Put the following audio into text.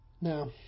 Now